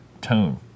tone